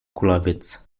kulawiec